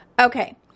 okay